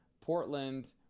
portland